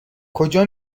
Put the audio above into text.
کجا